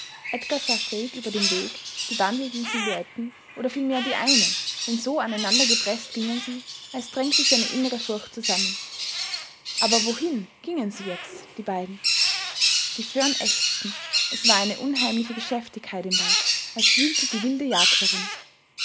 edgar sah schräg über dem weg die wandelnden silhouetten oder vielmehr die eine denn so aneinander gepreßt gingen sie als drängte sie eine innere furcht zusammen aber wohin gingen sie jetzt die beiden die föhren ächzten es war eine unheimliche geschäftigkeit im wald als wühlte die wilde jagd darin